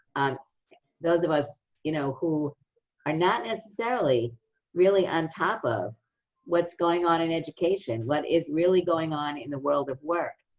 those of us, you know, who are not necessarily really on top of what's going on in education, what is really going on in the world of work.